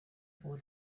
for